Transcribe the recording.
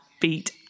beat